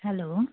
hello